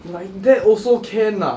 like that also can ah